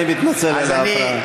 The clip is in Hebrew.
אני מתנצל על ההפרעה.